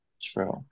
True